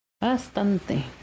Bastante